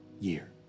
year